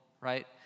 right